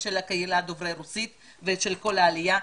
של הקהילה דוברי הרוסית ושל כל העלייה.